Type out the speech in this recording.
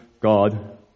God